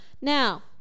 Now